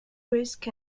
risk